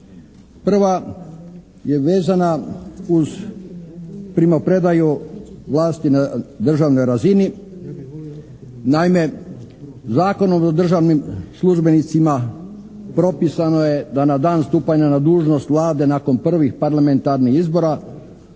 Prva je vezana uz primopredaju vlasti na državnoj razini. Naime, Zakonom o državnim službenicima propisano je da na dan stupanja na dužnost Vlade nakon prvih parlamentarnih izbora